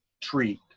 treat